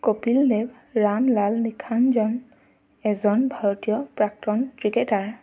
কপিল দেৱ ৰামলাল নিখাঞ্জন এজন ভাৰতীয় প্ৰাক্তন ক্ৰিকেটাৰ